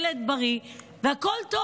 ילדה ילד בריא והכול טוב.